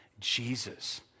Jesus